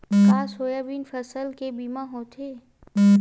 का सोयाबीन फसल के बीमा होथे?